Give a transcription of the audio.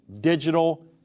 digital